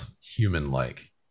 human-like